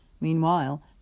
Meanwhile